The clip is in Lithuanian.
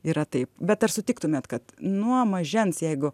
yra taip bet ar sutiktumėt kad nuo mažens jeigu